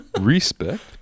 Respect